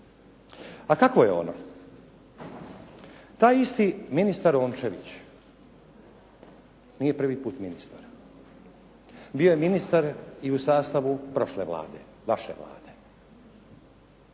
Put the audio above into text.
Pa kakvo je ono? Taj isti ministar Rončević nije prvi puta ministar. Bio je ministar i u sastavu prošle Vlade, vaše Vlade.